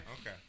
Okay